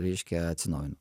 reiškia atsinaujinu